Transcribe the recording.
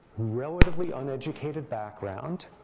relatively uneducated background,